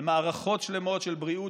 על מערכות שלמות של בריאות,